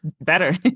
better